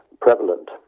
prevalent